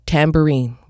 Tambourine